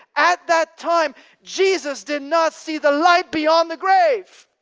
at that time jesus did not see the light beyond the grave.